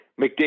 McDavid